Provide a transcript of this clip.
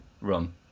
rum